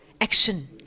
action